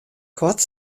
koart